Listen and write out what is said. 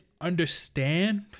understand